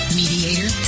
mediator